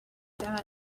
that